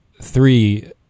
three